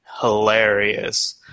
hilarious